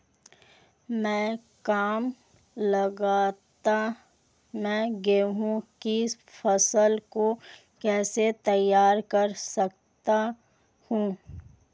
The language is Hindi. मैं कम लागत में गेहूँ की फसल को कैसे तैयार कर सकता हूँ?